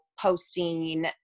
posting